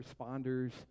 responders